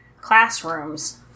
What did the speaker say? classrooms